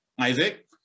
Isaac